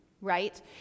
right